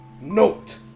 note